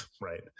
right